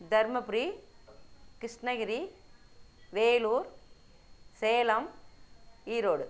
Dharmapuri Krishnagiri Vellore Salem Erode